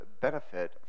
benefit